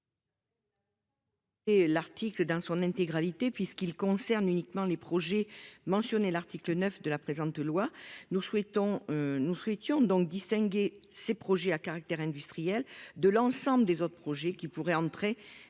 Et l'article dans son intégralité puisqu'il concerne uniquement les projets mentionnés, l'article 9 de la présente loi, nous souhaitons nous étions donc distinguer ces projets à caractère industriel de l'ensemble des autres projets qui pourraient entrer